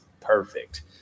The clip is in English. perfect